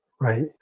right